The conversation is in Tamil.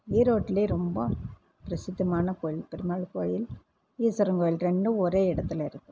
ஈரோட்டில் ரொம்ப பிரசித்தமான கோவில் பெருமாள் கோயில் ஈஸ்வரன் கோவில் ரெண்டும் ஒரே இடத்துல இருக்குது